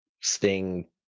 sting